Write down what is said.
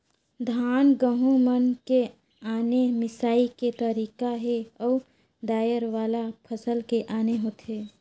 धान, गहूँ मन के आने मिंसई के तरीका हे अउ दायर वाला फसल के आने होथे